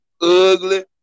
Ugly